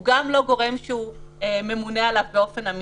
הוא גם לא גורם שהוא ממונה עליו באופן אמיתי,